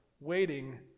waiting